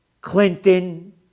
Clinton